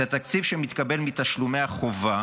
את התקציב שמתקבל מתשלומי החובה,